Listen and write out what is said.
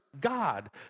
God